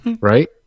right